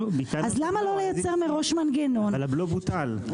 למה לא לייצר מראש מנגנון --- הבלו בוטל.